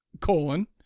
colon